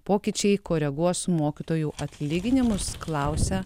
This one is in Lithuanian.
pokyčiai koreguos mokytojų atlyginimus klausia